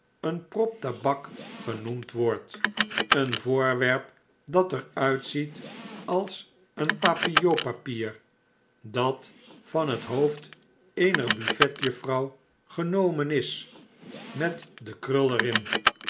een prop tabak genoemdwordt een voorwerp dat er uitziet als een papillotpapier dat van het hoofd eener buffetjuffrouw genomen is met de krul er